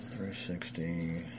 360